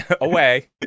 away